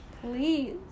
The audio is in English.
Please